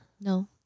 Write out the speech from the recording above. No